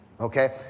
Okay